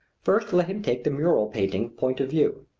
first let him take the mural painting point of view.